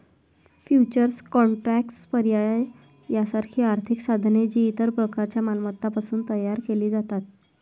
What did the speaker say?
futures contracts, पर्याय यासारखी आर्थिक साधने, जी इतर प्रकारच्या मालमत्तांपासून तयार केली जातात